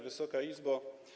Wysoka Izbo!